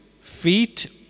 feet